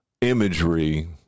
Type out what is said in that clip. imagery